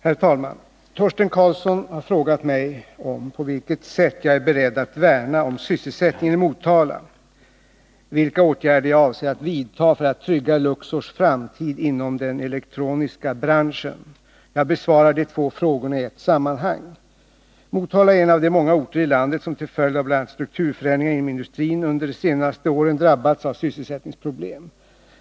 Herr talman! Torsten Karlsson har frågat mig dels på vilket sätt jag är beredd att värna om sysselsättningen i Motala, dels vilka åtgärder jag avser att vidta för att trygga Luxors framtid inom den elektroniska branschen. Jag besvarar de två frågorna i ett sammanhang. Motala är en av de många orter i landet som till följd av bl.a. strukturförändringar inom industrin under de senaste åren drabbats av sysselsättningsproblem.